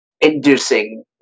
inducing